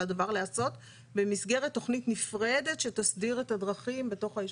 על הדבר להיעשות במסגרת תכנית נפרדת שתסדיר את הדרכים בתוך היישוב.